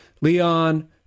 Leon